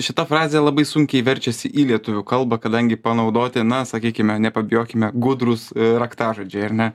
šita frazė labai sunkiai verčiasi į lietuvių kalbą kadangi panaudoti na sakykime nepabijokime gudrūs raktažodžiai ar ne